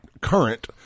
current